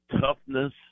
toughness